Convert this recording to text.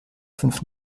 fünf